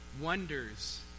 wonders